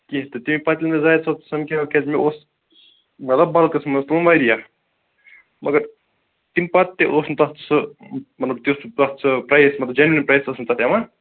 کیٚنٛہہ تہِ تمہِ پَتہٕ نیٛوٗ مےٚ زٲہِد صٲب سمکھاو کیٛازِ مےٚ اوس مطلب بَلکس منٛز پیٛوم واریاہ مگر تَمہِ پَتہٕ تہِ اوس نہٕ تتھ سُہ مطلب تیُتھ تَتھ سۅ پرٛایِز مطلب جینوَن پرٛٲیِز اوس نہٕ تتھ یِوان